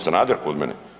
Sanader kod mene.